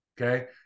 Okay